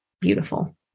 beautiful